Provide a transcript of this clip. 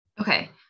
Okay